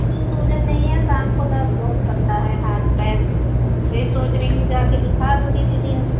नहीं सूजन नहीं है शाम को दर्द बहुत करता है हाथ पैर यह सोच रही हूँ जाकर दिखा दूँ किसी दिन